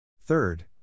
Third